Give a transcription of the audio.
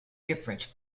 different